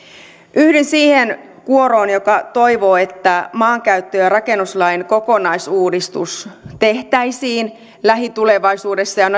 yhdyn siihen kuoroon joka toivoo että maankäyttö ja rakennuslain kokonaisuudistus tehtäisiin lähitulevaisuudessa ja